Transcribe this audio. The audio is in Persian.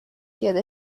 پیاده